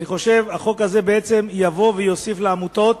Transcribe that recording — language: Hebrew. אני חושב שהחוק הזה יבוא ויוסיף לעמותות